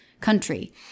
country